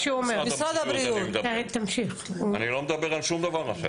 לא מדבר על שום דבר אחר.